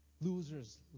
losers